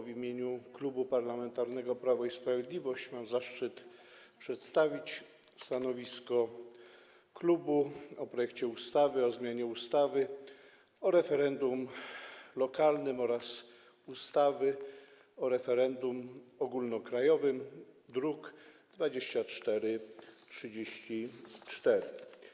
W imieniu Klubu Parlamentarnego Prawo i Sprawiedliwość mam zaszczyt przedstawić stanowisko klubu wobec projektu ustawy o zmianie ustawy o referendum lokalnym oraz ustawy o referendum ogólnokrajowym, druk nr 2434.